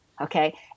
Okay